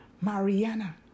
Mariana